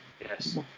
Yes